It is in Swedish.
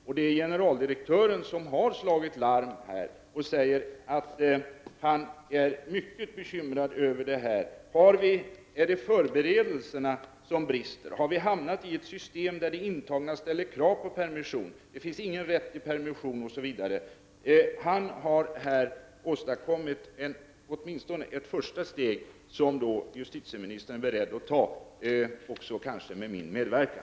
Det är också generaldirektören som har slagit larm och förklarat att han är mycket bekymrad över situationen. Han säger: ”Är det förberedelserna som brister? Har vi hamnat i ett system, där de intagna ställer krav på permission? Det finns ingen rätt till permission.” Han har åstadkommit åtminstone ett första steg som justitieministern då är beredd att ta, kanske också med min medverkan.